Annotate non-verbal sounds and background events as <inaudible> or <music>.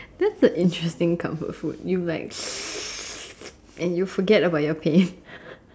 that's a interesting comfort food you like <noise> and you forget about your pain